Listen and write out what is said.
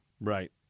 Right